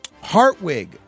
Hartwig